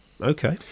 Okay